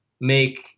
make